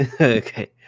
Okay